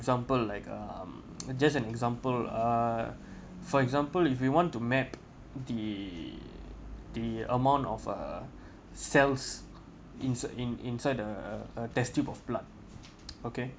example like um just an example uh for example if you want to map the the amount of uh cells in in inside the a test tube of blood okay